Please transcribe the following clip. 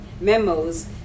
memos